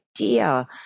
idea